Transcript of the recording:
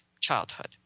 childhood